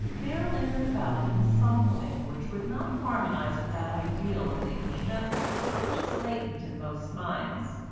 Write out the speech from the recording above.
there lingered about him something which would not harmonise with that ideal of an english gentleman which is latent in most minds.